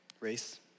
Race